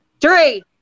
Three